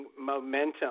momentum